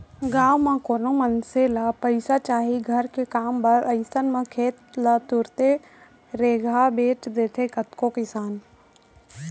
गाँव म कोनो मनसे ल पइसा चाही घर के काम बर अइसन म खेत ल तुरते रेगहा बेंच देथे कतको किसान